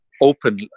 open